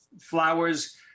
flowers